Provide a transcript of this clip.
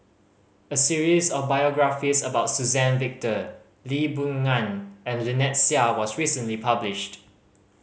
a series of biographies about Suzann Victor Lee Boon Ngan and Lynnette Seah was recently published